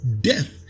death